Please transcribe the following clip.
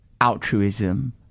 altruism